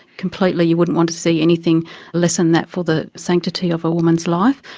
completely you wouldn't want to see anything less than that for the sanctity of a woman's life.